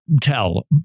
tell